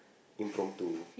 impromptu